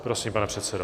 Prosím, pane předsedo.